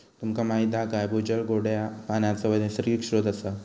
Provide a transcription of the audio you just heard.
तुमका माहीत हा काय भूजल गोड्या पानाचो नैसर्गिक स्त्रोत असा